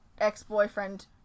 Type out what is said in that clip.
ex-boyfriend